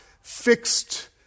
fixed